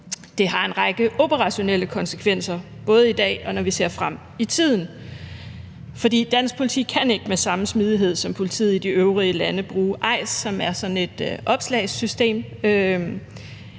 det har en række operationelle konsekvenser, både i dag, og når vi ser frem i tiden. Dansk politi kan ikke med samme smidighed som politiet i de øvrige lande bruge EIS, som er sådan et opslagssystem,